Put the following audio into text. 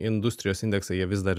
industrijos indeksai jie vis dar